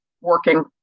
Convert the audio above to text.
working